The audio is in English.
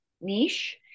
niche